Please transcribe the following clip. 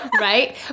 Right